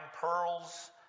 pearls